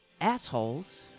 assholes